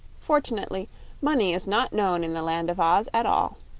fortunately money is not known in the land of oz at all.